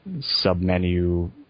sub-menu